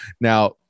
now